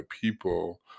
people